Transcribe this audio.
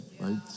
right